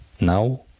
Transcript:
now